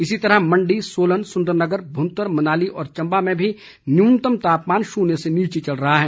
इसी तरह मण्डी सोलन सुंदरनगर भुंतर मनाली और चम्बा में भी न्यूनतम तापमान शून्य से नीचे चल रहा है